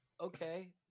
Okay